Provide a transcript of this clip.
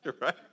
right